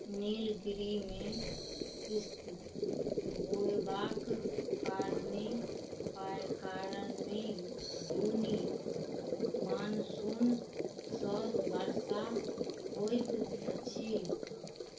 नीलगिरीमे सिस्त होएबाक कारणे पाइ कारणमे जूनमे मानसूनसँ वर्षा होइत अछि